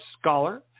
scholar